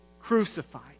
crucified